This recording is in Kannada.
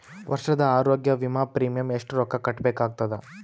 ವರ್ಷದ ಆರೋಗ್ಯ ವಿಮಾ ಪ್ರೀಮಿಯಂ ಎಷ್ಟ ರೊಕ್ಕ ಕಟ್ಟಬೇಕಾಗತದ?